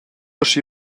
aschi